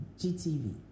GTV